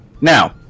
Now